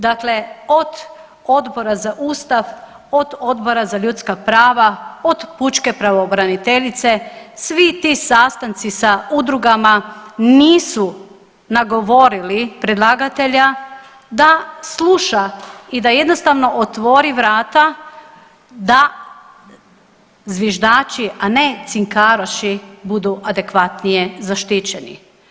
Dakle, od Odbora za Ustav, od Odbora za ljudska prava, od pučke pravobraniteljice svi ti sastanci sa udrugama nisu nagovorili predlagatelja da sluša i da jednostavno otvori vrata da zviždači, a ne cinkaroši budu adekvatnije zaštićeni.